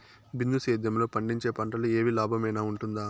బిందు సేద్యము లో పండించే పంటలు ఏవి లాభమేనా వుంటుంది?